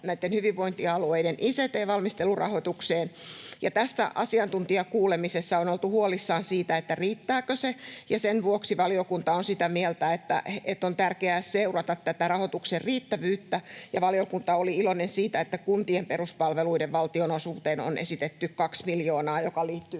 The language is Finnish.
näiden hyvinvointialueiden ict-valmistelun rahoitukseen. Asiantuntijakuulemisessa on oltu huolissaan siitä, riittääkö se, ja sen vuoksi valiokunta on sitä mieltä, että on tärkeää seurata tätä rahoituksen riittävyyttä. Valiokunta oli iloinen siitä, että kuntien peruspalveluiden valtionosuuteen on esitetty 2 miljoonaa, joka liittyy